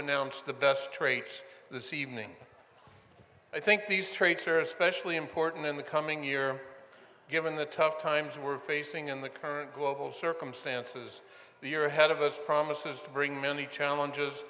announce the best traits this evening i think these traits are especially important in the coming year given the tough times we're facing in the current global circumstances the year ahead of us promises to bring many challenges